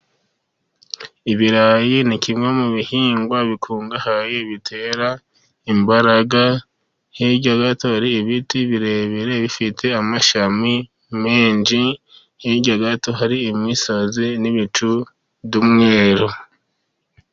Ibirayi ni kimwe mu bihingwa bikungahaye bitera imbaraga. Hirya gato ha hari ibiti birebire bifite amashami menshi, hirya gato hari imisozi n'ibicu by'umweru.